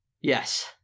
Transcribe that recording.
Yes